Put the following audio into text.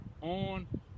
on